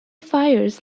fires